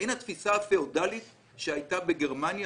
מעין התפיסה הפיאודלית שהייתה בגרמניה